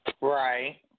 Right